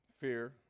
fear